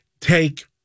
take